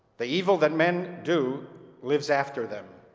the evil that men do lives after them,